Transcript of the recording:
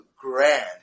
grand